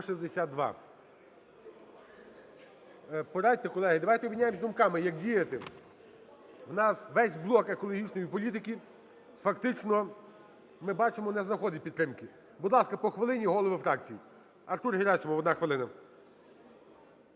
Порадьте, колеги, давайте обміняємося думками, як діяти, у нас весь блок екологічної політики, фактично, ми бачимо, не знаходить підтримки. Будь ласка, по хвилині голови фракцій. Артур Герасимов, одна хвилина.